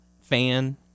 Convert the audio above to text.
fan